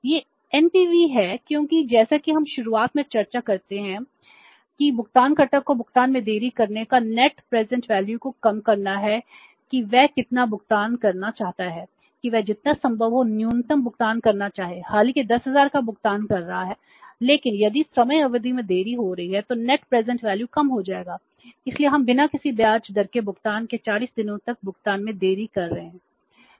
यह एनपीवी कम हो जाएगा इसलिए हम बिना किसी ब्याज दर के भुगतान के 40 दिनों तक भुगतान में देरी कर रहे हैं